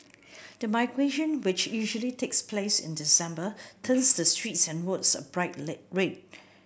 the migration which usually takes place in December turns the streets and roads a bright red